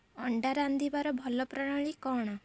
ଅଣ୍ଡା ରାନ୍ଧିବାର ଭଲ ପ୍ରଣାଳୀ କ'ଣ